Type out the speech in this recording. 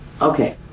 Okay